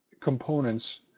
components